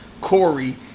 Corey